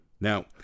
Now